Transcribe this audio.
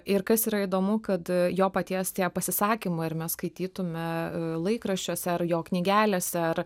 ir kas yra įdomu kad jo paties pasisakymai ir mes skaitytume laikraščiuose ar jo knygelėse ar